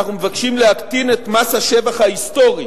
אנחנו מבקשים להקטין את מס השבח ההיסטורי